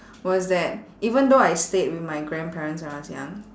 was that even though I stayed with my grandparents when I was young